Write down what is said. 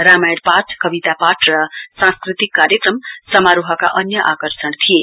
रामायण पाठ कविता पाठ र सांस्कृतिक कार्यक्रम समारोहका अन्य आकाषर्ण थिए